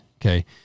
Okay